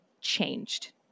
changed